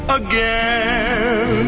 again